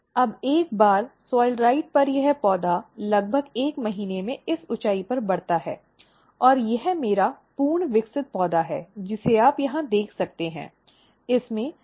अब एक बार सॉइलराइट पर यह पौधा लगभग 1 महीने में इस ऊँचाई पर बढ़ता है और यह मेरा पूर्ण विकसित पौधा है जिसे आप यहाँ देख सकते हैं कि इसमें सिलीक फूल हैं